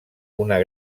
una